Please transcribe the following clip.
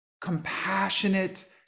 compassionate